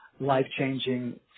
life-changing